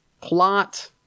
plot